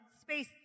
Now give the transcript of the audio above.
space